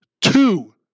two